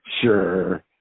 Sure